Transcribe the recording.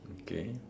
okay